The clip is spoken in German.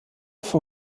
für